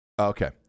Okay